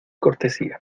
cortesía